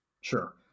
Sure